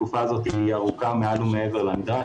התקופה הזאת היא ארוכה מעל ומעבר לנדרש.